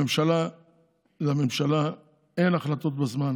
לממשלה אין החלטות בזמן.